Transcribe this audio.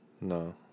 No